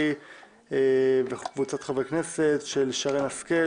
של חברי הכנסת שלמה קרעי,